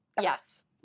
Yes